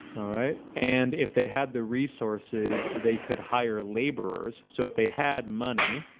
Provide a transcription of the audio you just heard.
all right, and if they had the resources, they could hire laborers so if they had money